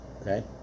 Okay